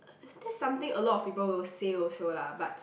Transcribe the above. is this something a lot of people will say also lah but